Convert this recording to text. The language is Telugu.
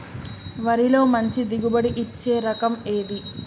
వరిలో మంచి దిగుబడి ఇచ్చే రకం ఏది?